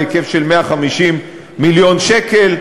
בהיקף של 150 מיליון שקל.